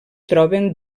troben